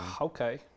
Okay